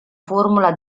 formula